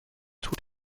tut